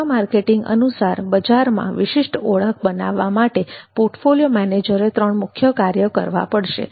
સેવા માર્કેટિંગ અનુસાર બજારમાં વિશિષ્ટ ઓળખ બનાવવા માટે પોર્ટફોલિયો મેનેજરે ત્રણ મુખ્ય કાર્ય કરવા પડશે